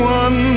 one